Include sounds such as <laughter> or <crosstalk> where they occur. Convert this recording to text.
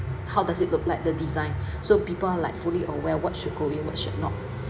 how does it look like the design <breath> so people are like fully aware what should go in what should not